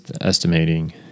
estimating